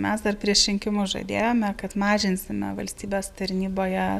mes dar prieš rinkimus žadėjome kad mažinsime valstybės tarnyboje